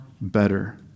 better